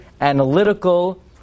analytical